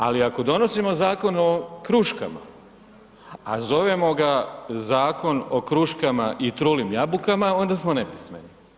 Ali, ako donosimo zakon o kruškama, a zovemo ga Zakon o kruškama i trulim jabukama, onda smo nepismeni.